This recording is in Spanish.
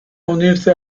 unirse